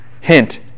Hint